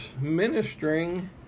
ministering